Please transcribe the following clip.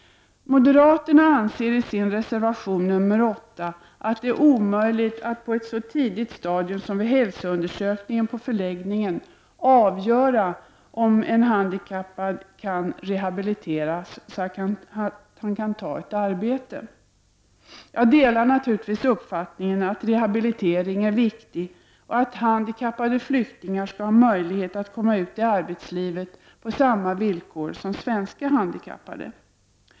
Moderaterna anser i sin reservation nr 8 att det är omöjligt att på ett så tidigt stadium som vid hälsoundersökningen på förläggningen avgöra om en handikappad kan rehabiliteras så att han kan ta ett arbete. Jag delar naturligtvis uppfattningen att rehabilitering är viktig och att handikappade flyktingar skall ha möjlighet att komma ut i arbetslivet på samma villkor som svenska handikappade.